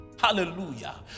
Hallelujah